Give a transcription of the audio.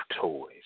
toys